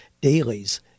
dailies